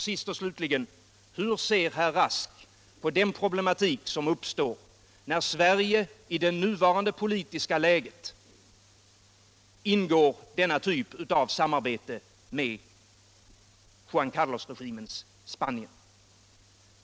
Till slut: Hur ser herr Rask på de problem som uppstår, när Sverige i nuvarande politiska läge ingår denna typ av samarbete med Juan Carlosregimens Spanien?